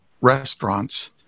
restaurants